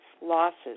losses